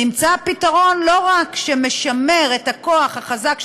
נמצא פתרון שלא רק משמר את הכוח החזק של